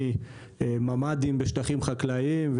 מממ"דים בשטחים חקלאיים,